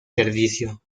servicio